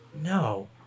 no